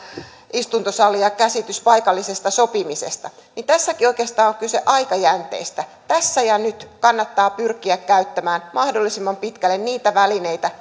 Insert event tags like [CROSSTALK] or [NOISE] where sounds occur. istuntosalia käsitys paikallisesta sopimisesta niin tässäkin oikeastaan on kyse aikajänteestä tässä ja nyt kannattaa pyrkiä käyttämään mahdollisimman pitkälle niitä välineitä [UNINTELLIGIBLE]